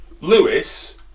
Lewis